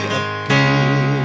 appear